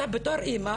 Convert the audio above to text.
בתור אימא,